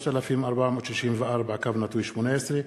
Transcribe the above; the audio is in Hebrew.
פ/3464/18.